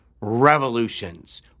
revolutions